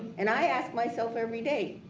and i asked myself everyday,